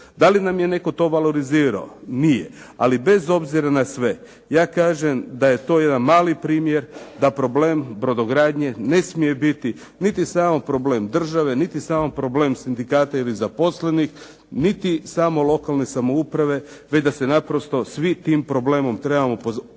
Da li nam je netko to valorizirao? Nije. Ali bez obzira na sve, ja kažem da je to jedan mali primjer da problem brodogradnje ne smije biti niti samo problem države, niti samo problem sindikata ili zaposlenih, niti samo lokalne samouprave već da se naprosto svi tim problemom trebamo pozabaviti